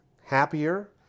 happier